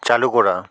চালু করা